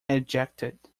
ejected